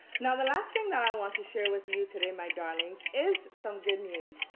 now the last thing that i want to share with you today, my darlings, is some good news.